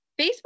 Facebook